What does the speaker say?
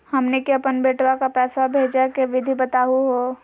हमनी के अपन बेटवा क पैसवा भेजै के विधि बताहु हो?